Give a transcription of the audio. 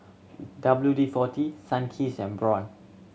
W D Forty Sunkist and Braun